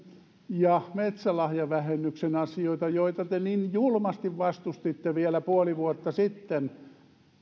ja metsälahjavähennyksen asioita joita te niin julmasti vastustitte vielä puoli vuotta sitten